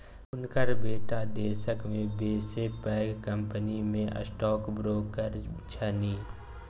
हुनकर बेटा देशक बसे पैघ कंपनीमे स्टॉक ब्रोकर छनि